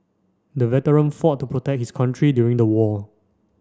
the veteran fought to protect his country during the war